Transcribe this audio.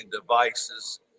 devices